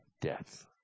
death